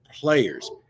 players